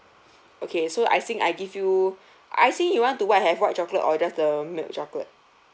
okay so icing I give you icing you want to white have white chocolate or just the milk chocolate